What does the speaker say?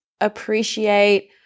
appreciate